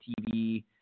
TV